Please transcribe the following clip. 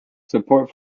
support